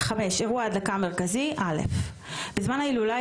אירוע ההדלקה המרכזי בזמן ההילולה,